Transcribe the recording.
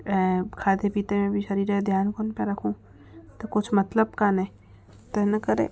ऐं खादे पीते में बि शरीर जो ध्यानु कोन्ह पिया रखूं त कुझु मतिलब कोन्हे त इन करे